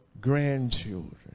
grandchildren